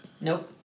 Nope